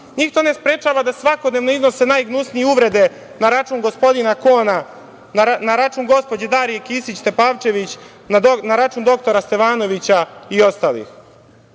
Njih to ne sprečava da svakodnevno iznose najgnusnije uvrede na račun gospodina Kona, na račun gospođe Darije Kisić Tepavčević, na račun dr Stevanovića i ostalih.O